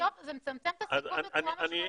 זה מצמצם את הסיכון בצורה משמעותית.